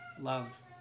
love